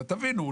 תבינו,